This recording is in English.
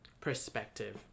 perspective